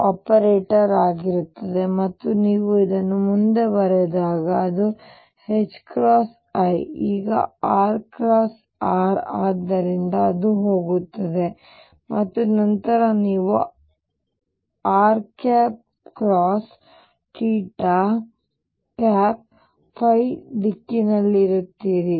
ಇದು ಆಪರೇಟರ್ಆಗಿರುತ್ತದೆ ಮತ್ತು ನೀವು ಇದನ್ನು ಮುಂದೆ ಬರೆದಾಗ ಅದು i ಈಗ rr ಆದ್ದರಿಂದ ಅದು ಹೋಗುತ್ತದೆ ಮತ್ತು ನಂತರ ನೀವು r ದಿಕ್ಕಿನಲ್ಲಿರುತ್ತೀರಿ